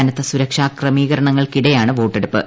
കനത്ത സുരക്ഷാ ക്രമീകരണങ്ങൾക്കിട്ടെയാണ് വോട്ടെടുപ്പ്